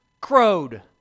crowed